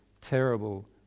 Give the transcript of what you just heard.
terrible